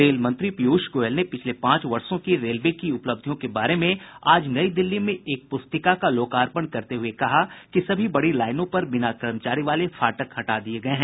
rail मंत्री पीयूष गोयल ने पिछले पांच वर्षो की रेलवे की उपलब्धियों के बारे में आज नई दिल्ली में एक प्रस्तिका का लोकार्पण करते हुए कहा कि सभी बड़ी लाइनों पर बिना कर्मचारी वाले फाटक हटा दिये गये हैं